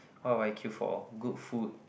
what will I queue for good food